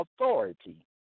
authority